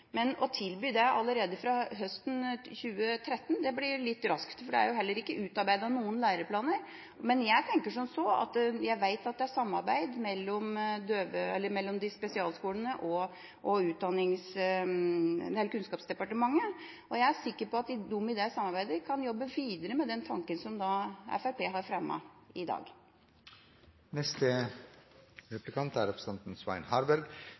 Men å tilby det allerede fra høsten 2013 blir litt raskt. Det er jo ikke utarbeidet noen læreplaner. Men jeg vet at det er samarbeid mellom spesialskolene og Kunnskapsdepartementet, og jeg er sikker på at de i det samarbeidet kan jobbe videre med det forslaget som Fremskrittspartiet har fremmet i